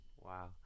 Wow